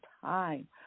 time